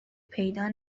پیدا